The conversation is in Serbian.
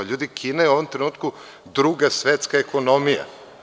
Ljudi, Kina je u ovom trenutku druga svetska ekonomija.